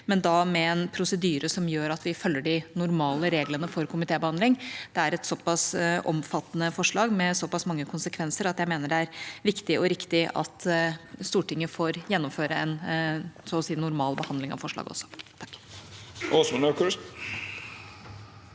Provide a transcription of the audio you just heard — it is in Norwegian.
men da med en prosedyre som gjør at vi følger de normale reglene for komitébehandling. Det er et såpass omfattende forslag med såpass mange konsekvenser at jeg mener det er viktig og riktig at Stortinget får gjennomføre en så å si normal behandling av forslaget.